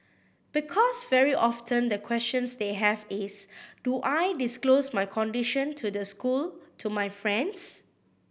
because very often the questions they have is do I disclose my condition to the school to my friends